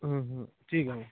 हं हं ठीक आहे मग